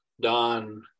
Don